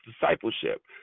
discipleship